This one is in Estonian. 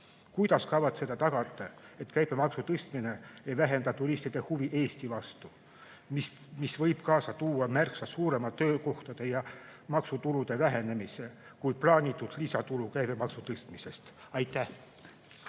Kuidas kavatsete tagada, et käibemaksu tõstmine ei vähenda turistide huvi Eesti vastu, mis võib kaasa tuua märksa suurema töökohtade ja maksutulu vähenemise kui plaanitud lisatulu käibemaksu tõstmisest? Aitäh!